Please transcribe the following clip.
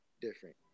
different